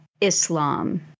Islam